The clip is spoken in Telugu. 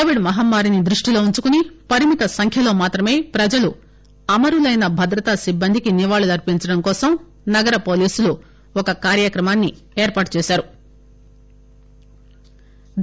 కోవిడ్ మహమ్మారిని దృష్టిలో ఉంచుకుని పరిమిత సంఖ్యలో మాత్రమే ప్రజలు అమరులైన భద్రతాసిట్బందికి నివాళులర్పించడాని కోసం నగరపోలీసులు ఒక కార్యక్రమాన్ని ఏర్పాటుచేసారు